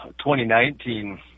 2019